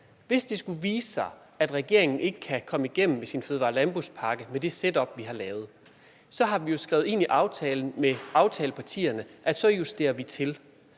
Hvis det skulle vise sig, at regeringen ikke kan komme igennem med sin fødevare- og landbrugspakke med det setup, vi har lavet, har vi jo skrevet ind i aftalen med aftalepartierne, at så justerer vi det.